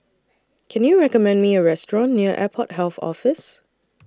Can YOU recommend Me A Restaurant near Airport Health Office